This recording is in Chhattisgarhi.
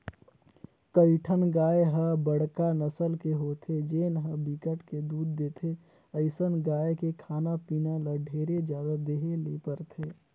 कइठन गाय ह बड़का नसल के होथे जेन ह बिकट के दूद देथे, अइसन गाय के खाना पीना ल ढेरे जादा देहे ले परथे